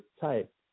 type